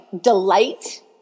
delight